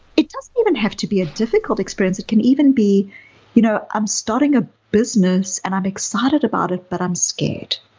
it doesn't even have to be a difficult experience. it can even be you know i'm starting a business and i'm excited about it but i'm scared.